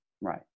Right